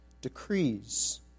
decrees